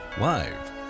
Live